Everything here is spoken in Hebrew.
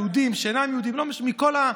יהודים, שאינם יהודים, מכל,